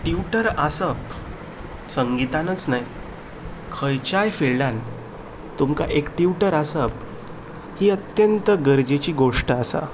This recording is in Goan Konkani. ट्यूटर आसप संगितानच न्हय खंयच्याय फिल्डान तुमका एक ट्युटर आसप ही अत्यंत गरजेची गोश्ट आसा